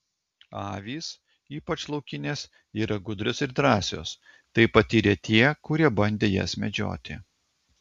avys ypač laukinės yra gudrios ir drąsios tai patyrė tie kurie bandė jas medžioti